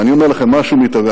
ואני אומר לכם, משהו מתהווה.